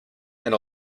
and